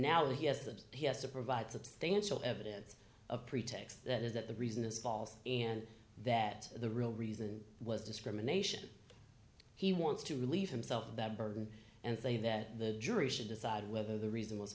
now he has that he has to provide substantial evidence of pretext that is that the reason is false and that the real reason was discrimination he wants to relieve himself of that burden and say that the jury should decide whether the reason was